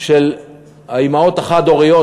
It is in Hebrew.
של האימהות החד-הוריות,